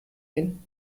hin